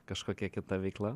kažkokia kita veikla